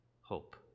hope